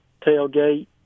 tailgate